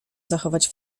zachować